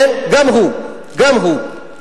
כן, גם הוא, גם הוא.